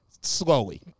Slowly